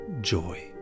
joy